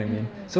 mm